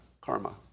Karma